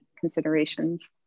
considerations